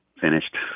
finished